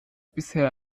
bisher